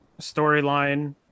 storyline